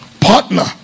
partner